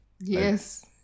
yes